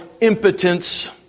impotence